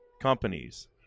companies